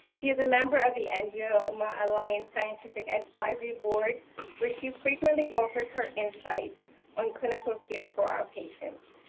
she is a member of the angioma alliance scientific advisory board which she frequently offers her insights on clinical care for our patients.